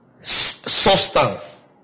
substance